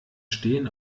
stehen